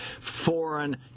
foreign